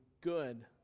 good